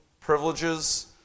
privileges